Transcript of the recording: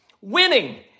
Winning